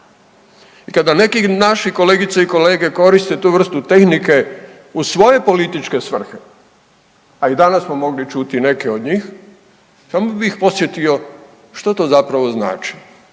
i kada neki naši kolegice i kolege koriste tu vrstu tehnike u svoje političke svrhe, a i danas smo mogli čuti neke od njih, samo bi ih podsjetio što to zapravo znači.